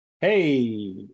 Hey